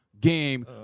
game